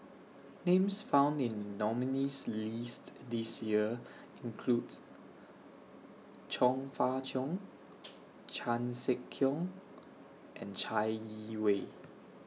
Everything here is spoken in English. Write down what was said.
Names found in The nominees' list This Year include Chong Fah Cheong Chan Sek Keong and Chai Yee Wei